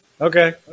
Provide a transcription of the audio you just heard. Okay